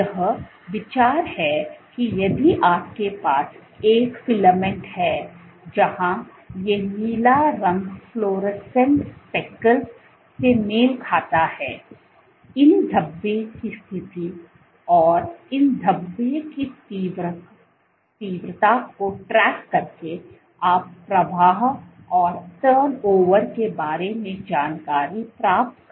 यह विचार है कि यदि आपके पास एक फिलामेंट है जहां ये नीला रंग फ्लोरोसेंट स्पेकल्स से मेल खाता है इन धब्बे की स्थिति और इन धब्बे की तीव्रता को ट्रैक करके आप प्रवाह और टर्न ओवर के बारे में जानकारी प्राप्त कर सकते हैं